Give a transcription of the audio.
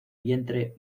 vientre